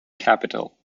capital